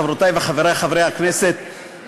חברותי וחברי חברי הכנסת,